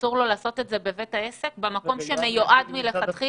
ואסור לו לעשות את זה בבית העסק שהוא המקום שמיועד לכתחילה?